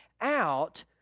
out